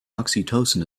oxytocin